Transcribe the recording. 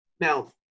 Now